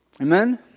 Amen